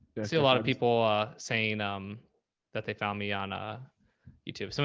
see a lot of people ah saying um that they found me on a youtube. so